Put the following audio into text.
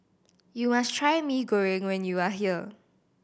you must try Mee Goreng when you are here